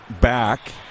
back